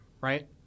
right